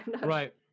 Right